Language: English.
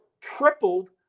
tripled